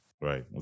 Right